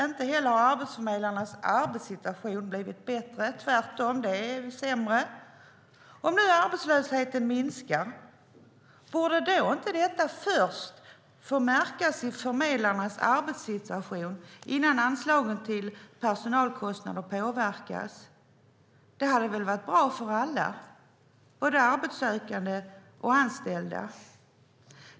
Inte heller har arbetsförmedlarnas arbetssituation blivit bättre; den är tvärtom sämre. Om nu arbetslösheten minskar - borde inte detta först få märkas i förmedlarnas arbetssituation innan anslagen till personalkostnader påverkas? Det hade väl varit bra för alla - både arbetssökande och anställda?